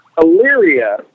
Illyria